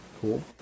Cool